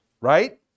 right